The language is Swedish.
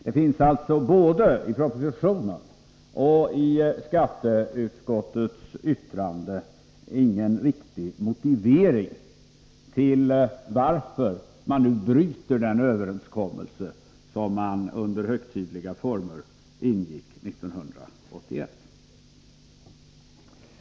Det finns alltså varken i propositionen eller i skatteutskottets betänkande någon riktig motivering till att man nu bryter den överenskommelse som i högtidliga former ingicks 1981.